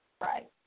right